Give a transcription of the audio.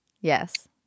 Yes